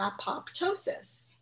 apoptosis